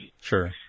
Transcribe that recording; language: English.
Sure